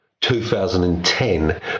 2010